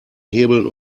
hebeln